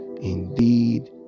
indeed